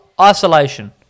isolation